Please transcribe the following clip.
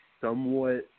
somewhat